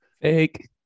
Fake